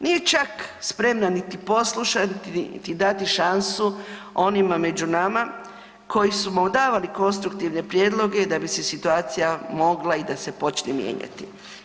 Nije čak spremna niti poslušati, niti dati šansu onima među nama koji smo davali konstruktivne prijedloge da bi se situacija mogla i da se počne mijenjati.